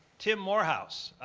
tim morehouse.